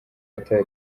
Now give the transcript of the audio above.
ata